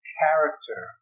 character